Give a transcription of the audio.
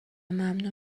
ممنون